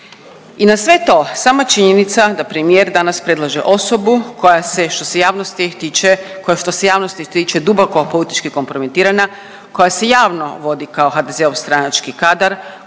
I na sve to sama činjenica da premijer danas predlaže osobu koja se što se javnosti tiče, koja što se javnosti tiče duboko politički kompromitirana, koja se javno vodi kao HDZ-ov stranački kadar,